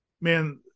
man